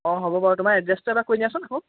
অঁ হ'ব বাৰু তোমাৰ এড্ৰেছটো এবাৰ কৈ দিয়াচোন আকৌ